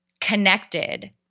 connected